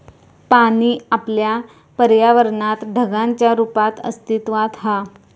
पाणी आपल्या पर्यावरणात ढगांच्या रुपात अस्तित्त्वात हा